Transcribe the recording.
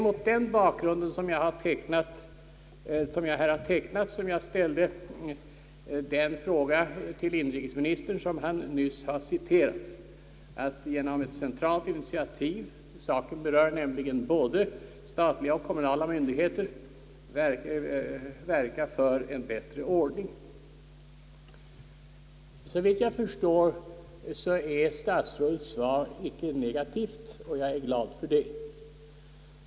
Mot den bakgrund jag här tecknat ställde jag den av inrikesministern nyss citerade frågan, om denne genom ett centralt initiativ — saken berör nämligen både statliga och kommunala myndigheter — ville verka för en bättre ordning. Såvitt jag förstår är statsrådets svar inte helt negativt. Jag är glad för det.